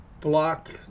block